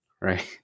right